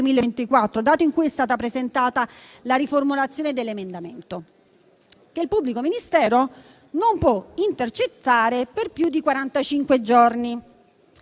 (data in cui è stata presentata la riformulazione dell'emendamento)? Che il pubblico ministero non può intercettare per più di